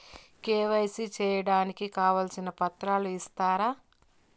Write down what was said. KYC సేయడానికి కావాల్సిన పత్రాలు ఇస్తారా?